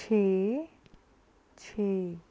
ਛੇ ਛੇ